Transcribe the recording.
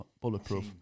Bulletproof